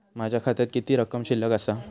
माझ्या खात्यात किती रक्कम शिल्लक आसा?